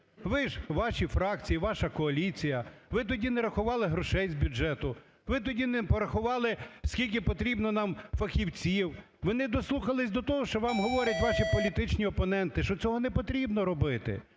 ви ж, ваші фракції, ваша коаліція, ви тоді не рахували грошей з бюджету, ви тоді не порахували скільки потрібно нам фахівців, ви не дослухались до того, що вам говорять ваші політичні опоненти, що цього не потрібно робити.